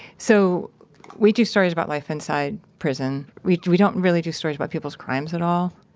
so we do stories about life inside prison. we we don't really do stories about people's crimes at all.